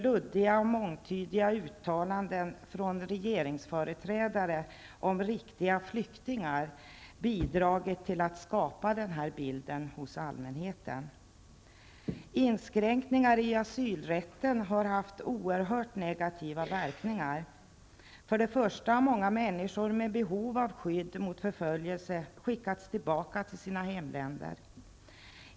Luddiga och mångtydiga uttalanden från regeringsföreträdare om riktiga flyktingar har bidragit till att skapa den bilden hos allmänheten. Inskränkningar i asylrätten har haft oerhört negativa verkningar. Många människor med behov av skydd mot förföljelse har skickats tillbaka till sina hemländer.